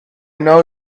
know